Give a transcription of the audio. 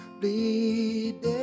bleeding